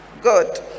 Good